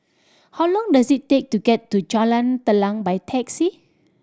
how long does it take to get to Jalan Telang by taxi